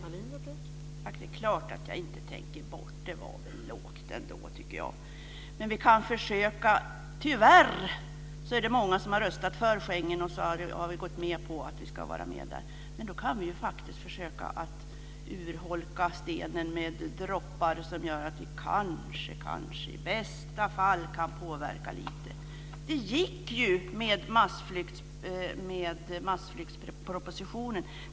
Fru talman! Det är klart att jag inte tänker bort det. Det var väl ändå lågt. Tyvärr är det många som har röstat för Schengen, och så har vi gått med på att vara med där. Men då kan vi faktiskt försöka att urholka stenen med droppar som gör att vi kanske, i bästa fall, kan påverka lite. Det gick ju med massflyktspropositionen.